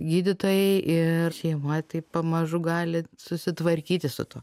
gydytojai ir šeima taip pamažu gali susitvarkyti su tuo